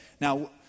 Now